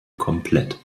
komplett